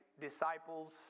disciples